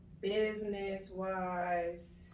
Business-wise